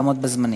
לעמוד בזמנים.